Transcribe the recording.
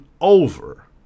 over